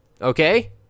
Okay